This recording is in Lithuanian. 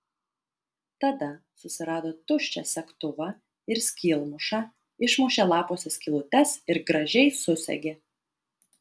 tada susirado tuščią segtuvą ir skylmušą išmušė lapuose skylutes ir gražiai susegė